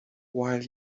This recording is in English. while